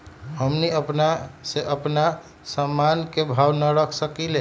हमनी अपना से अपना सामन के भाव न रख सकींले?